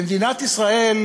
במדינת ישראל,